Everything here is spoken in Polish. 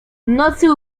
nocy